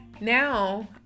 now